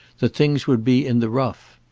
that things would be in the rough.